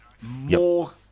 more